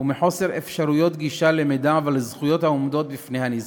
ומחוסר אפשרויות גישה למידע ולזכויות העומדות בפני הנזקק.